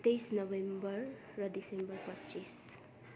तेइस नोभेम्बर र दिसम्बर पच्चिस